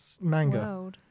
manga